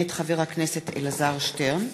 מאת חבר הכנסת אלעזר שטרן,